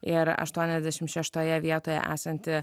ir aštuoniasdešimt šeštoje vietoje esanti